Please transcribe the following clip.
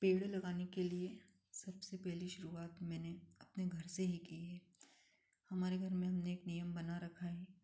पेड़ लगाने के लिए सबसे पहले शुरूआत मैंने अपने घर से ही की है हमारे घर में हमने एक नियम बना रखा है